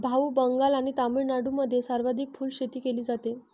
भाऊ, बंगाल आणि तामिळनाडूमध्ये सर्वाधिक फुलशेती केली जाते